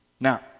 Now